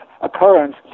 occurrence